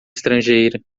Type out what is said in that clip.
estrangeira